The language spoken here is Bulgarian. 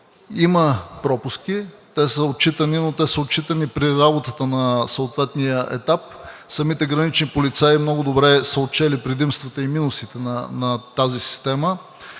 Има пропуски, те са отчитани при работата на съответния етап. Самите гранични полицаи много добре са отчели предимствата и минусите на тази система.